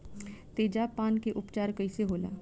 तेजाब पान के उपचार कईसे होला?